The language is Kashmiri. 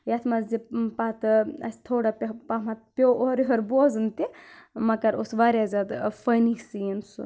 یَتھ منٛز زِ پَتہٕ اَسہِ تھوڑا پیٚو پَہمَتھ پیٚو اورٕ یورٕ بوزُن تہِ مَگر اوس واریاہ زیادٕ فنی سیٖن سُہ